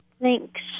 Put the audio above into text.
Thanks